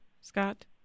Scott